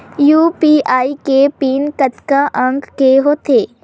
UPI के PIN कतका अंक के होथे?